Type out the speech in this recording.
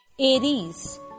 Aries